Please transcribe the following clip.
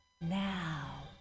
now